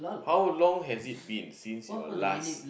how long has it been since your last